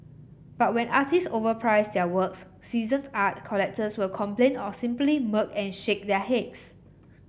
but when artist overprice their works seasoned art collectors will complain or simply smirk and shake their heads